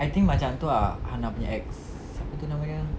I think macam tu ah hannah nya ex siapa tu nama nya